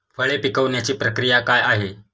फळे पिकण्याची प्रक्रिया काय आहे?